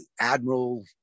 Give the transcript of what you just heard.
Admiral